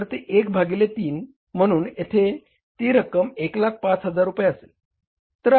तर ते 1 भागिले 3 म्हणून येथे ती रक्कम 105000 रुपये असेल